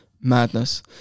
madness